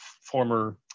former